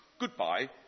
Goodbye